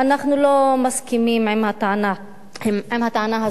אנחנו לא מסכימים לטענה הזאת.